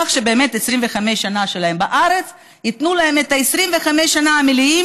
כך שבאמת 25 שנה שלהם בארץ ייתנו להם את 25 השנים המלאות